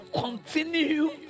Continue